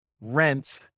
rent